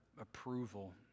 approval